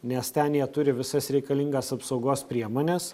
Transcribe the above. nes ten jie turi visas reikalingas apsaugos priemones